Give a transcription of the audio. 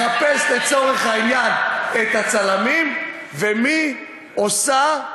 מחפש לצורך העניין את הצלמים, ומי עושה,